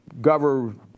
govern